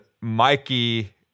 Mikey